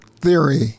theory